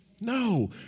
No